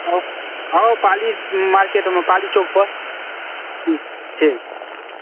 आउ आउ पाली मार्केटमे पाली चौकपर ठीक ठीक